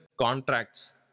contracts